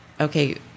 okay